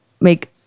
make